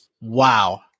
Wow